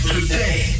Today